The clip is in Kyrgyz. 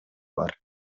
бар